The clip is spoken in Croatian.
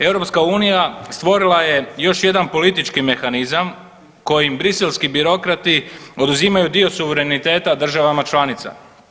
EU stvorila je još jedan politički mehanizam kojim briselski birokrati oduzimaju dio suvereniteta državama članica.